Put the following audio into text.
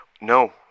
No